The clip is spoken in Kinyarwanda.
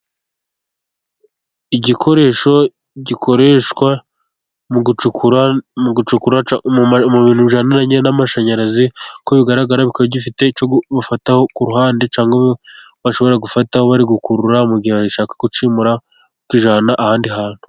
Igikoresho gikoreshwa mu gucukura mu gucukura mu bintu bijyaniranye n'amashanyarazi, uko bigaragaraba gifite icyo bafataho ku ruhande, cyangwa bashobora gufata bari gukurura, mu gihe bashaka kucyimura barakijyana ahandi hantu.